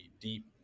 deep